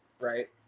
right